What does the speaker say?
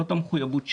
זאת המחויבות שלי.